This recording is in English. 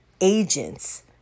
agents